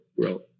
growth